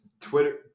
Twitter